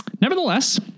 nevertheless